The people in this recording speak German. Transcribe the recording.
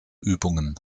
übungen